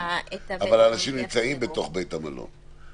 אנשים נמצאים בתוך בית המלון,